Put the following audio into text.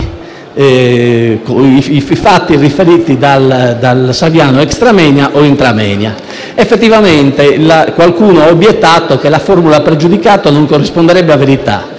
i fatti riferiti dal Saviano *extra moenia* o *intra moenia.* Effettivamente qualcuno ha obiettato che la formula «pregiudicato» non corrisponderebbe a verità.